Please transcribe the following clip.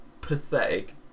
Pathetic